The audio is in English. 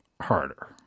harder